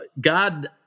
God